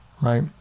Right